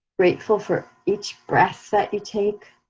grateful for each breath that you take.